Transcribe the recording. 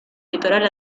litoral